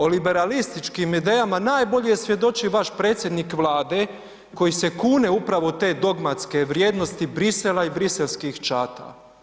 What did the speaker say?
O liberalističkim idejama najbolje svjedoči vaš predsjednik Vlade koji se kune upravo u te dogmatske vrijednosti Bruxellesa i briselskih ćata.